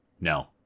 No